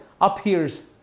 appears